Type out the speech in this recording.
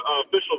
official